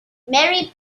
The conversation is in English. mary